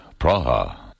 Praha